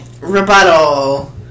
rebuttal